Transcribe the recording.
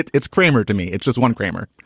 it's it's kramer to me. it's just one kramer.